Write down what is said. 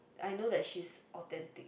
I know that she's authentic